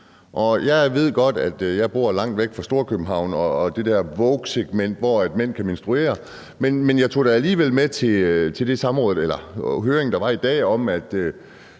jeg ved godt, at jeg bor langt væk fra Storkøbenhavn og det der wokesegment, hvor mænd kan menstruere, men jeg tog det alligevel med til den høring, der var i dag om